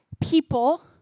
people